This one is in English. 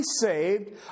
saved